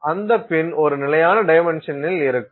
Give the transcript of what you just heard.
அந்த பின் ஒரு நிலையான டைமென்ஷன்ஸ்சில் இருக்கும்